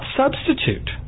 substitute